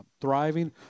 thriving